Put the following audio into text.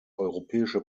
europäische